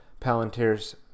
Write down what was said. Palantir's